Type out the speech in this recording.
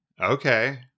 Okay